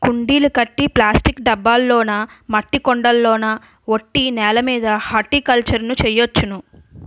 కుండీలు కట్టి ప్లాస్టిక్ డబ్బాల్లోనా మట్టి కొండల్లోన ఒట్టి నేలమీద హార్టికల్చర్ ను చెయ్యొచ్చును